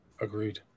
Agreed